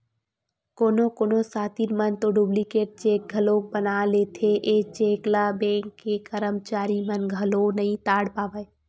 कोनो कोनो सातिर मन तो डुप्लीकेट चेक घलोक बना लेथे, ए चेक ल बेंक के करमचारी मन घलो नइ ताड़ पावय